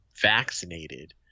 vaccinated